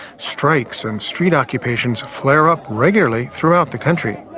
strikes and street occupations flare up regularly throughout the country.